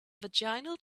vaginal